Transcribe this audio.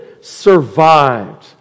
survived